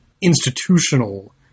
institutional